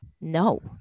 no